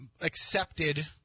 accepted